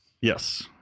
Yes